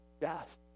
death